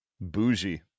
Bougie